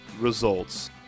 results